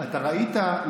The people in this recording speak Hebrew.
זה בדיוק.